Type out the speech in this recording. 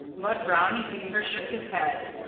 but brownie beaver shook his head.